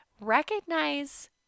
Recognize